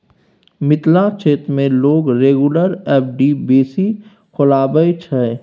मिथिला क्षेत्र मे लोक रेगुलर एफ.डी बेसी खोलबाबै छै